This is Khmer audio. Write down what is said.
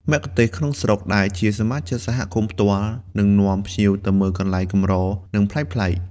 មគ្គុទេស៍ក្នុងស្រុកដែលជាសមាជិកសហគមន៍ផ្ទាល់ នឹងនាំភ្ញៀវទៅមើលកន្លែងកម្រ និងប្លែកៗ។